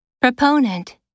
Proponent